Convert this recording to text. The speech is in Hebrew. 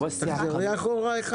ולכן נדרשנו לקמפיין אחר עם מסרים